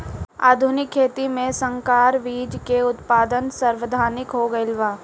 आधुनिक खेती में संकर बीज के उत्पादन सर्वाधिक हो गईल बा